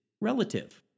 relative